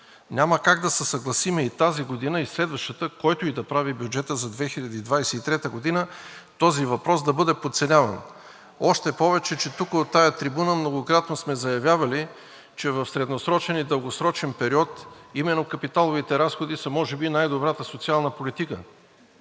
Няма как да се съгласим и тази година, и следващата – който и да прави бюджета за 2023 г., този въпрос да бъде подценяван, още повече тук, от тази трибуна, многократно сме заявявали, че в средносрочен и дългосрочен период именно капиталовите разходи са най-добрата социална политика.